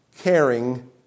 caring